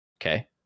okay